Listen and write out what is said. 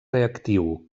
reactiu